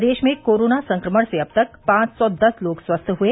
प्रदेश में कोरोना संक्रमण से अब तक पांच सौ दस लोग स्वस्थ हुए